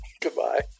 Goodbye